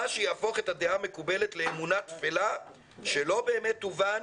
מה שיהפוך את הדעה המקובלת לאמונה תפלה שלא באמת תובן,